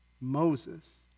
Moses